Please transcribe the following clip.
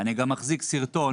אני גם מחזיק סרטון